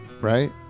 right